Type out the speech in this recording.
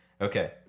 Okay